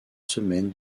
semaine